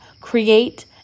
Create